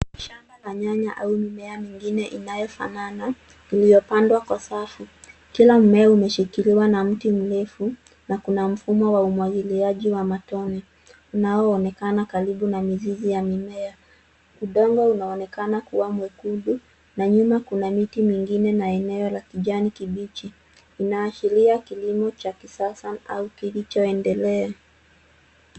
Shamba la nyanya au mimea mingine inayofanana iliyopandwa kwa safu. Kila mmea umeshikiliwa na mti mrefu na kuna mfumo wa umwagiliaji wa matone unaonekana karibu na mizizi ya mimea. Udongo unaonekana kuwa mwekundu na nyuma kuna miti mingine na eneo la kijani kibichi. Inaashiria kilimo cha kisasa au kilichoendelea.